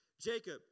Jacob